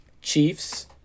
Chiefs